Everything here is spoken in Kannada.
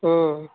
ಹ್ಞೂ